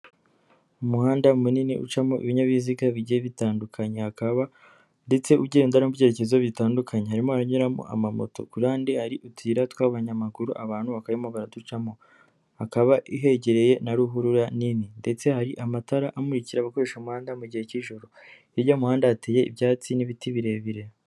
Umuhanda munini ucamo ibinyabiziga bigiye bitandukanye, hakaba ndetse ugenda no mu byerekezo bitandukanye, harimo haranyuramo amamoto, ku ruhande hari utuyira tw'abanyamaguru abantu bakaba barimo baraducamo, hakaba hegereye na ruhurura nini ndetse hari amatara amurikira abakoresha umuhanda mu gihe cy'ijoro, hirya y'umuhanda hateye ibyatsi n'ibiti birebire.